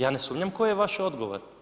Ja ne sumnjam koji je vaš odgovor.